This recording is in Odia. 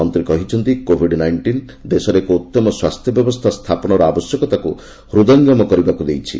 ମନ୍ତ୍ରୀ କହିଛନ୍ତି କୋବିଡ୍ ନାଇଷ୍ଟିନ୍' ଦେଶରେ ଏକ ଉତ୍ତମ ସ୍ୱାସ୍ଥ୍ୟ ବ୍ୟବସ୍ଥା ସ୍ଥାପନର ଆବଶ୍ୟକତାକୁ ହୃଦୟଙ୍ଗମ କରିବାକୁ ଦେଇଛି